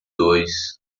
dois